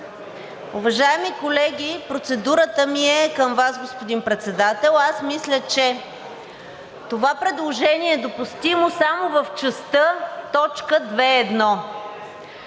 Уважаеми колеги! Процедурата ми е към Вас, господин Председател. Мисля, че това предложение е допустимо само в частта т. 2.1.